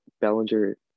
Bellinger